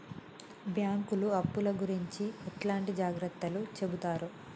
బ్యాంకులు అప్పుల గురించి ఎట్లాంటి జాగ్రత్తలు చెబుతరు?